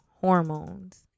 hormones